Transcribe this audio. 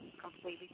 completely